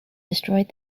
destroyed